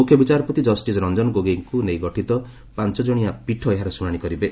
ମୁଖ୍ୟ ବିଚାରପତି ଜଷ୍ଟିସ୍ ରଞ୍ଜନ ଗୋଗୋଇଙ୍କୁ ନେଇ ଗଠିତ ପାଞ୍ଚ ଜଣିଆ ପୀଠ ଏହାର ଶୁଣାଶି କରିବେ